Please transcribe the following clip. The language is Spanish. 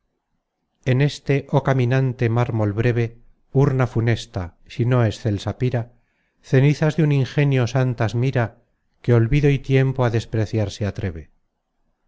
en este oh caminante mármol breve urna funesta si no excelsa pira cenizas de un ingenio santas mira que olvido y tiempo a despreciar se atreve